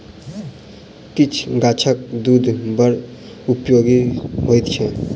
किछ गाछक दूध बड़ उपयोगी होइत छै